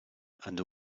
and